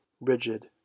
rigid